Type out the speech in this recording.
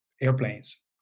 airplanes